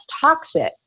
toxic